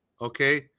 okay